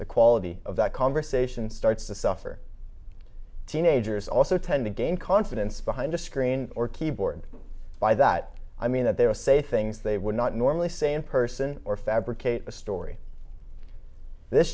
the quality of that conversation starts to suffer teenagers also tend to gain confidence behind a screen or keyboard by that i mean that they will say things they would not normally say in person or fabricate a story this